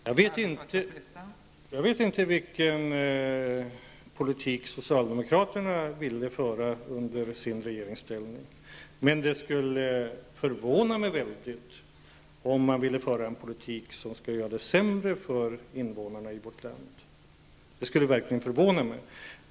Fru talman! Jag vet inte vilken politik socialdemokraterna ville föra i regeringsställning, men det skulle förvåna mig mycket om man ville föra en politik som skulle göra det sämre för invånarna i vårt land. Det skulle verkligen förvåna mig.